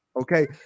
Okay